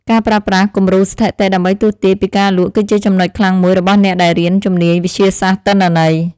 ការប្រើប្រាស់គំរូស្ថិតិដើម្បីទស្សន៍ទាយពីការលក់ គឺជាចំណុចខ្លាំងមួយរបស់អ្នកដែលរៀនជំនាញវិទ្យាសាស្ត្រទិន្នន័យ។